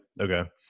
Okay